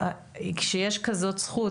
כשיש כזאת זכות,